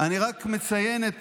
אני רק מציין את